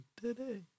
today